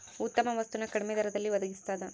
ಉತ್ತಮ ವಸ್ತು ನ ಕಡಿಮೆ ದರದಲ್ಲಿ ಒಡಗಿಸ್ತಾದ